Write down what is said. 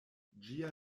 ĝia